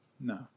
No